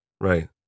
Right